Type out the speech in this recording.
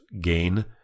gain